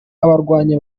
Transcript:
abarwanyi